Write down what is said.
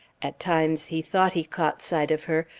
at times he thought he caught sight of her,